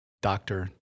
doctor